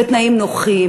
בתנאים נוחים,